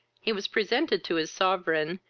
he was presented to his sovereign,